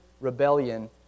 Rebellion